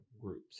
groups